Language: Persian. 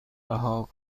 رها